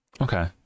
Okay